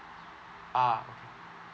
ah